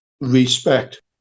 respect